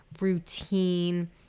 routine